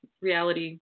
reality